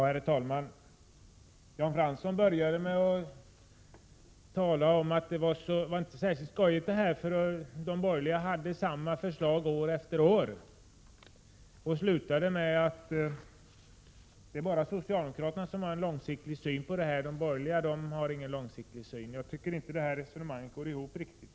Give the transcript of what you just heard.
Herr talman! Jan Fransson började med att tala om att det inte var särskilt skojigt, eftersom de borgerliga hade samma förslag år efter år, och slutade med att det bara är socialdemokraterna som har en långsiktig syn på den här frågan. De borgerliga har alltså inte någon långsiktig syn. Jag tycker inte att det här resonemanget går ihop riktigt.